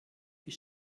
die